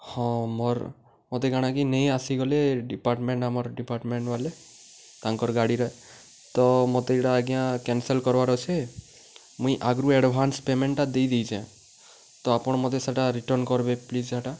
ହଁ ମୋର୍ ମତେ କାଣାକି ନେଇ ଆସିଗଲେ ଡିପାର୍ଟ୍ମେଣ୍ଟ୍ ଆମର୍ ଡିପାର୍ଟ୍ମେଣ୍ଟ୍ୱାଲେ ତାଙ୍କର୍ ଗାଡ଼ିରେ ତ ମତେ ଇଟା ଆଜ୍ଞା କ୍ୟନ୍ସଲ୍ କର୍ବାର୍ ଅଛେ ମୁଇଁ ଆଗ୍ରୁ ଆଡ଼୍ଭାନ୍ସ ପେମେଣ୍ଟ୍ଟା ଦେଇଦେଇଚେଁ ତ ଆପଣ ମତେ ସେଟା ରିଟର୍ଣ୍ଣ୍ କରିବେ ପ୍ଲିଜ୍ ସେଟା